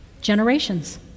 Generations